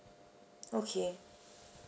okay